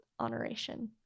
honoration